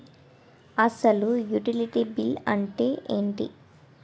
అసలు utility bill అంతే ఎంటి?